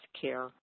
care